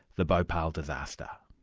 the bhopal disaster.